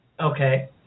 Okay